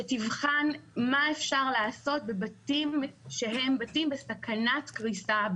שתבחן מה אפשר לעשות בבתים שהם בסכנת קריסה,